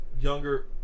younger